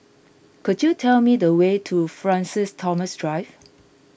could you tell me the way to Francis Thomas Drive